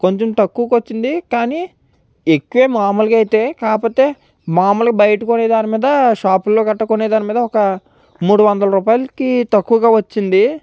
కొంచెం తక్కువకొచ్చింది కానీ ఎక్కువే మామూలుగైతే కాపోతే మాములుగా బయట కొనేదాని మీద షాపుల్లో గట్ట కొనేదాని మీద ఒక మూడు వందల రూపాయలకి తక్కువ వచ్చింది